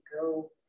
go